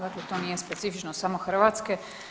Dakle, to nije specifičnost samo Hrvatske.